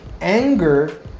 Anger